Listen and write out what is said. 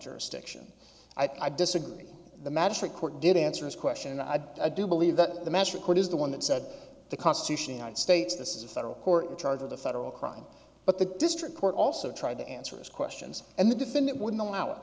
jurisdiction i disagree the magistrate court did answer this question and i do believe that the match record is the one that said the constitution united states this is a federal court in charge of the federal crime but the district court also tried to answer those questions and the defendant wouldn't allow it